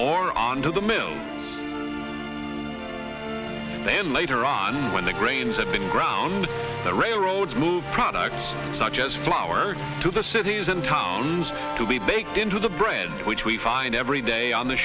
more on to the mill then later on when the grains have been ground the railroads moved products such as flowers to the cities and towns to be baked into the bread which we find every day on the